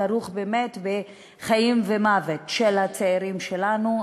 כרוך באמת בחיים ומוות של הצעירים שלנו,